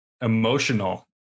emotional